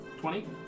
twenty